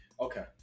Okay